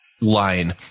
line